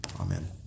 Amen